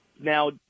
Now